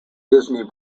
disney